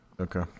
Okay